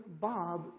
Bob